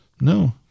No